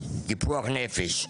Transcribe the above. פיקוח נפש,